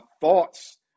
thoughts